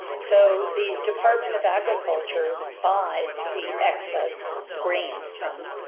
so the department of agriculture buys the excess grains from,